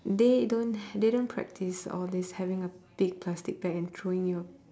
they don't they don't practice all this having a big plastic bag and throwing your